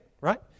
right